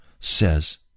says